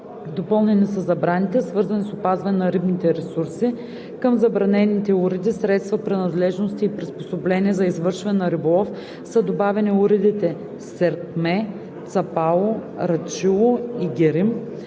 Допълнени са забраните, свързани с опазване на рибните ресурси. Към забранените уреди, средства, принадлежности и приспособления за извършване на риболов са добавени уредите серкме, цапало, рачило и герим,